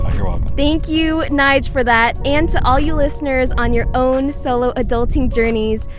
ah you're welcome thank you, nyge, for that. and to all you listeners on your own solo adulting journeys,